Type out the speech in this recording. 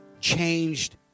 changed